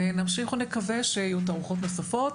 נמשיך ונקווה שיהיו תערוכות נוספות.